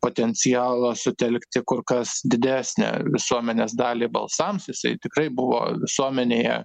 potencialo sutelkti kur kas didesnę visuomenės dalį balsams jisai tikrai buvo visuomenėje